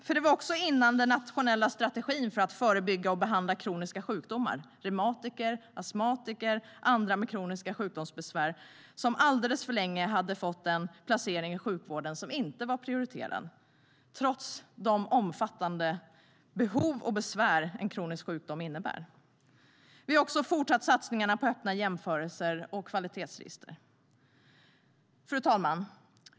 För det var också före den nationella strategin för att förebygga och behandla kroniska sjukdomar. Reumatiker, astmatiker och andra med kroniska sjukdomsbesvär hade alldeles för länge fått en placering i sjukvården som inte var prioriterad, trots de omfattande behov och besvär som en kronisk sjukdom innebär. Vi har också fortsatt satsningarna på öppna jämförelser och kvalitetsregister. Fru talman!